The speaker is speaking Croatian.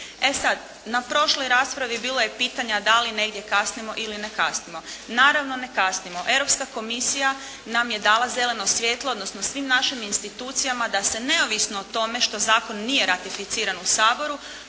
E sada, na prošloj raspravi bilo je pitanja da li negdje kasnimo ili ne kasnimo. Naravno, ne kasnimo. Europska komisija nam je dala zeleno svijetlo odnosno svim našim institucijama da se neovisno o tome što zakon nije ratificiran u Saboru